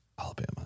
Alabama